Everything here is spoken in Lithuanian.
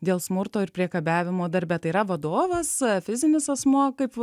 dėl smurto ir priekabiavimo darbe tai yra vadovas fizinis asmuo kaip